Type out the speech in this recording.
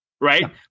right